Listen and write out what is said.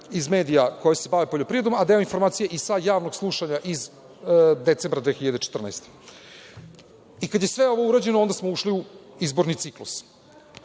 iz medija koje se bave poljoprivredom, a deo informacije i sa javnog slušanja iz decembra 2014. godine. Kada je sve ovo urađeno onda smo ušli u izborni ciklus. Da